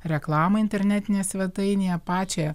reklamą internetinėje svetainėje pačią